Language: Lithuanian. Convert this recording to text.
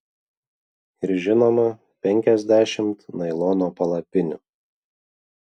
ir žinoma penkiasdešimt nailono palapinių